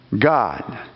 God